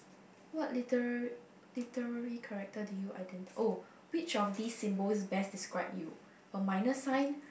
what literary literary character do you oh which of these symbol best describe you got minus sign